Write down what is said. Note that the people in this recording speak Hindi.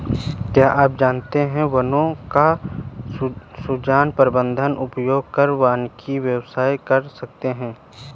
क्या आप जानते है वनों का सृजन, प्रबन्धन, उपयोग कर वानिकी व्यवसाय कर सकते है?